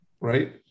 right